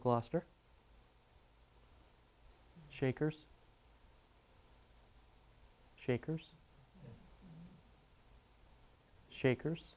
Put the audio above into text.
gloucester shakers shakers shakers